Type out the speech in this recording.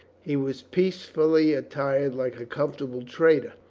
he was peacefully attired, like a comfortable trader,